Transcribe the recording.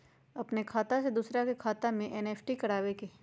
अपन खाते से दूसरा के खाता में एन.ई.एफ.टी करवावे के हई?